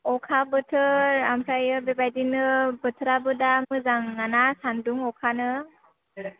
अखा बोथोर ओमफ्रायो बेबादिनो बोथोराबो दा मोजां नङाना सान्दुं अखानो